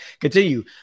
continue